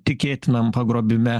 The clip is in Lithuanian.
tikėtinam pagrobime